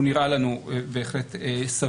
הוא נראה לנו בהחלט סביר.